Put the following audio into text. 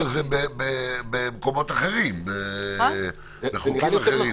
את זה במקומות אחרים, בחוקים אחרים.